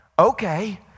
Okay